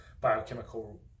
biochemical